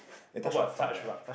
what about touch rug